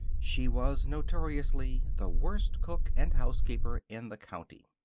she was notoriously the worst cook and housekeeper in the county.